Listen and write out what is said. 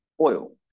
oil